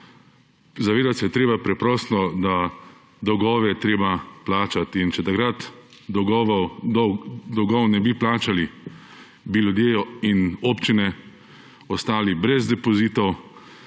Zavedati se je treba preprosto, da dolgove je treba plačati. In če takrat dolgov ne bi plačali, bi ljudje in občine ostali brez depozitov,